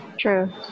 true